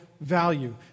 value